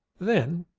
then,